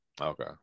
Okay